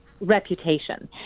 reputation